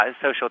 social